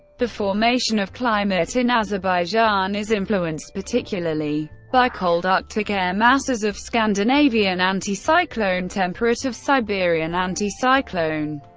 the formation of climate in azerbaijan is influenced particularly by cold arctic air masses of scandinavian anticyclone, temperate of siberian anticyclone,